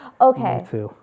Okay